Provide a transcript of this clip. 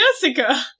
Jessica